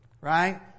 Right